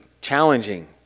challenging